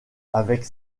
avec